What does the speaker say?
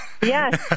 Yes